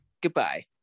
Goodbye